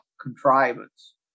contrivance